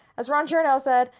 as ron chernow said,